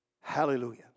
Hallelujah